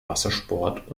wassersport